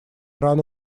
рано